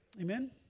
Amen